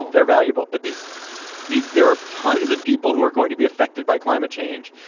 they're valuable but these these there are tons of people who are going to be affected by climate change.